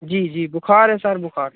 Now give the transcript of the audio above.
जी जी बुखार है सर बुखार